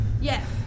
Yes